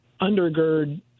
undergird